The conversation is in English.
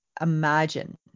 imagine